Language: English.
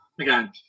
Again